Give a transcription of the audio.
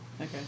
Okay